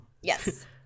yes